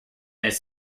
its